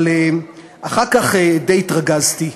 אבל אחר כך די התרגזתי,